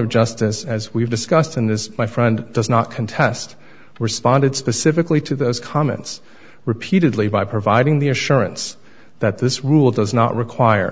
of justice as we've discussed in this my friend does not contest responded specifically to those comments repeatedly by providing the assurance that this rule does not require